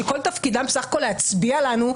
שכל תפקידם בסך הכול להצביע לנו,